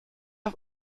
auf